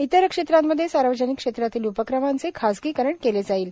इतर क्षेत्रांमध्ये सार्वजनिक क्षेत्रातील उपक्रमांचे खाजगीकरण केले जाईल